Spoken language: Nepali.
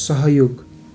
सहयोग